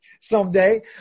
someday